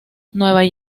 nueva